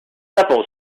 sepals